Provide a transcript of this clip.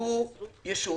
הוא ישות